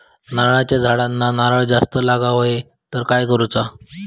नारळाच्या झाडांना नारळ जास्त लागा व्हाये तर काय करूचा?